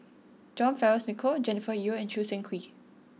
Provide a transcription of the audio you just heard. John Fearns Nicoll Jennifer Yeo and Choo Seng Quee